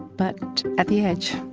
but at the edge